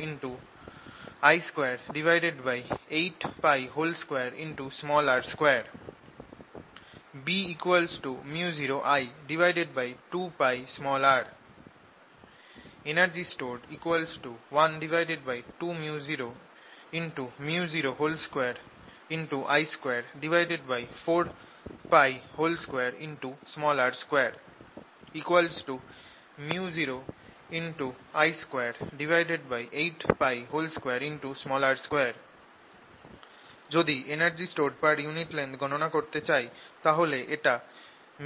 B µ0I2πr energy stored 12µo µ02I242r2 µ0I282r2 যদি energy stored per unit length গণনা করতে চাই তাহলে এটা